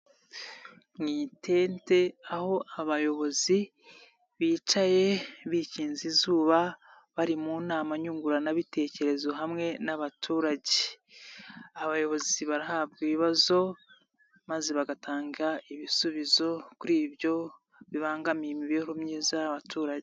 Mu itente aho abayobozi bicaye bikinze izuba bari mu nama nyunguranabitekerezo hamwe n'abaturage, abayobozi barahabwa ibibazo maze bagatanga ibisubizo kuri ibyo bibangamiye imibereho myiza y'abaturage.